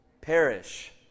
perish